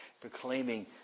proclaiming